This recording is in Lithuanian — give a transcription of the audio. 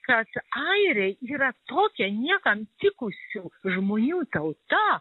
kad airiai yra tokia niekam tikusių žmonių tauta